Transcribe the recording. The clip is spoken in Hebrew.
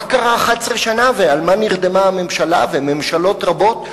מה קרה 11 שנה ועל מה נרדמה הממשלה וממשלות רבות,